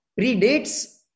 predates